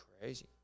crazy